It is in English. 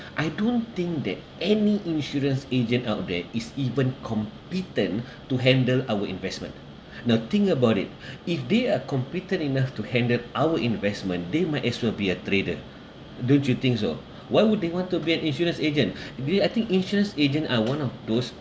I don't think that any insurance agent out there is even competent to handle our investment now think about it if they are competent enough to handle our investment they might as well be a trader don't you think so why would they want to be an insurance agent do you I think insurance agent are one of those